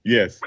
Yes